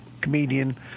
comedian